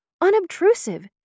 unobtrusive